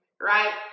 right